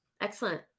Excellent